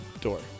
door